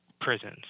Prisons